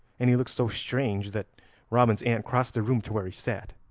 and he looked so strange that robin's aunt crossed the room to where he sat,